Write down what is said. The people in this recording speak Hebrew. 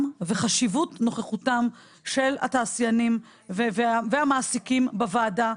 וחשיבות נוכחותם של התעשיינים והמעסיקים בוועדה.